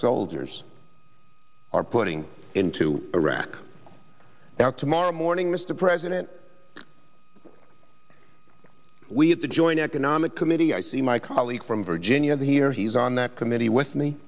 soldiers are putting into iraq now tomorrow morning mr president we have the joint economic committee i see my colleague from virginia here he's on that committee with me